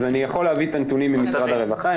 אני יכול להביא את הנתונים ממשרד הרווחה.